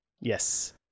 yes